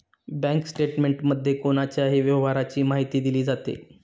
bank स्टेटमेंटमध्ये कोणाच्याही व्यवहाराची माहिती दिली जाते